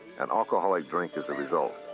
an alcoholic drink is the result.